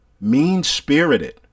mean-spirited